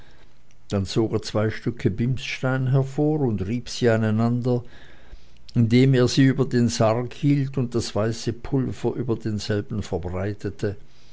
dann zog er zwei stücke bimsstein hervor und rieb sie aneinander indem er sie über den sarg hielt und das weiße pulver über denselben verbreitete